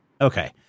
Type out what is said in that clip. Okay